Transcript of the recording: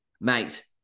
mate